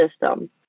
system